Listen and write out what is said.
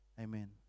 Amen